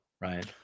right